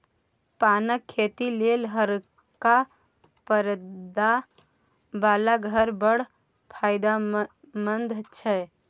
पानक खेती लेल हरका परदा बला घर बड़ फायदामंद छै